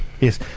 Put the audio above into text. yes